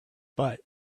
but